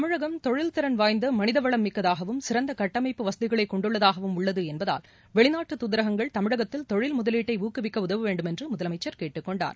தமிழகம் தொழில் திறன் வாய்ந்த மனித வளமிக்கதாகவும் சிறந்த கட்டமைப்பு வசதிகளைக் கொண்டுள்ளதாகவும் உள்ளது என்பதால் வெளிநாட்டு தூதரகங்கள் தமிழகத்தில் தொழில் முதலீட்டை ஊக்குவிக்க உதவ வேண்டுமென்று முதலமச்சர் கேட்டுக் கொண்டார்